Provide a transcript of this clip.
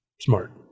Smart